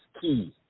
key